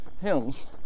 hills